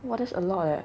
!wah! that's a lot eh